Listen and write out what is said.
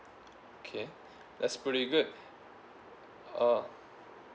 okay that's pretty good uh